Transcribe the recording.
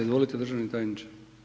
Izvolite državni tajniče.